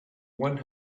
one